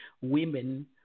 women